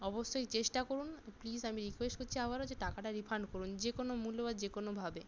অবশ্যই চেষ্টা করুন প্লিস আমি রিকোয়েস্ট করছি আবারও যে টাকাটা রিফান্ড করুন যে কোনো মূল্যে বা যে কোনোভাবে